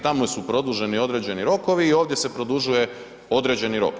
Tamo su produženi određeni rokovi i ovdje se produžuje određeni rok.